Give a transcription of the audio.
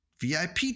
VIP